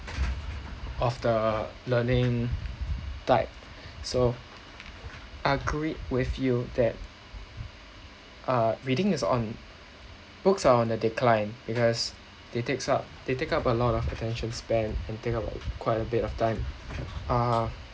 of the learning type so I agree with you that uh reading is on books are on a decline it has they takes up they take up a lot of attention span and take up a quite a bit of time uh